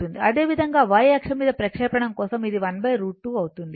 అదేవిధంగా y అక్షం ప్రక్షేపణం కోసం ఇది 1 √ 2 అవుతుంది